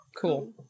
Cool